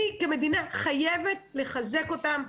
אני כמדינה חייבת לחזק אותם,